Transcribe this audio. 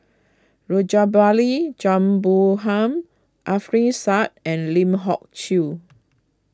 Rajabali Jumabhoy Alfian Sa'At and Lim Hock Siew